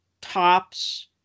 Tops